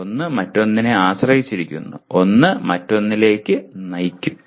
ഒന്ന് മറ്റൊന്നിനെ ആശ്രയിച്ചിരിക്കുന്നു ഒന്ന് മറ്റൊന്നിലേക്ക് നയിക്കും